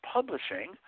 Publishing